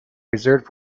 reserved